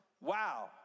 Wow